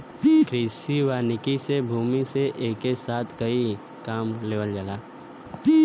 कृषि वानिकी से भूमि से एके साथ कई काम लेवल जाला